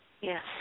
Yes